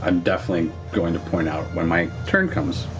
um definitely going to point out when my turn comes.